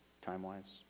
time-wise